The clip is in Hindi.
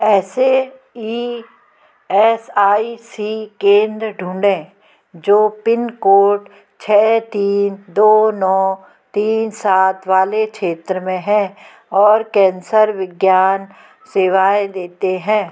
ऐसे ई एस आई सी केंद्र ढूँढें जो पिन कोड छः तीन दो नौ तीन सात वाले क्षेत्र में हैं और कैंसर विज्ञान सेवाएँ देते हैं